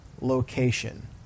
location